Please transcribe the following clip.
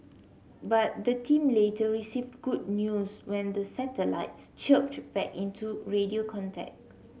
but the team later received good news when the satellites chirped back into radio contact